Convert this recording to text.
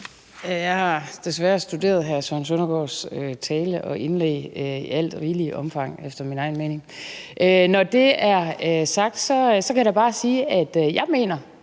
Jeg har desværre studeret hr. Søren Søndergaards taler og indlæg i alt rigeligt omfang efter min egen mening. Når det er sagt, vil jeg da bare sige, at jeg mener